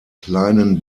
kleinen